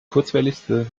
kurzwelligste